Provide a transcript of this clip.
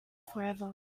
forever